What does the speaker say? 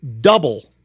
double